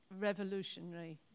revolutionary